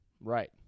Right